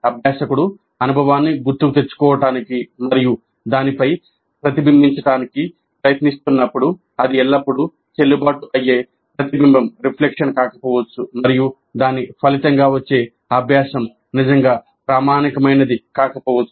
అభ్యాసకుడు అనుభవాన్ని గుర్తుకు తెచ్చుకోవడానికి మరియు దానిపై ప్రతిబింబించడానికి ప్రయత్నిస్తున్నప్పుడు ఇది ఎల్లప్పుడూ చెల్లుబాటు అయ్యే ప్రతిబింబం కాకపోవచ్చు మరియు దాని ఫలితంగా వచ్చే అభ్యాసం నిజంగా ప్రామాణికమైనది కాకపోవచ్చు